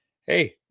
hey